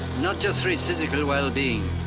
not just for his physical well-being.